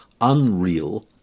unreal